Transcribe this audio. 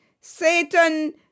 Satan